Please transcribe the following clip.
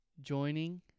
joining